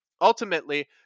ultimately